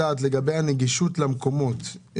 בגלל זה ציינו שהנושא של אלעד -- אמרתם